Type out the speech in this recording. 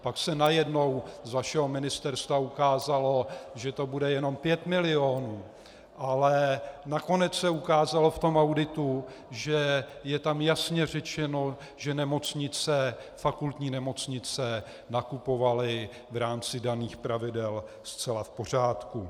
Pak se najednou z vašeho ministerstva ukázalo, že to bude jenom 5 milionů, ale nakonec se ukázalo v tom auditu, že je tam jasně řečeno, že fakultní nemocnice nakupovaly v rámci daných pravidel zcela v pořádku.